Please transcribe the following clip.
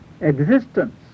Existence